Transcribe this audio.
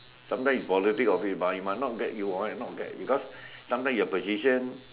sometime in politic it might not get it might not get because sometime your position